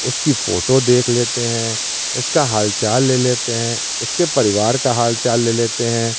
उसकी फ़ोटो देख लेते हैं उसका हालचाल ले लेते हैं उसके परिवार का हालचाल ले लेते हैं